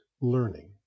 learning